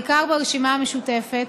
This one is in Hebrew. בעיקר ברשימה המשותפת,